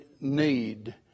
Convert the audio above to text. need